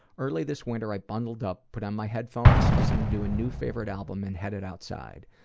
early this winter i bundled up, put on my headphones, listening to a new favorite album and headed outside.